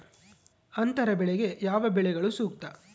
ಅಂತರ ಬೆಳೆಗೆ ಯಾವ ಬೆಳೆಗಳು ಸೂಕ್ತ?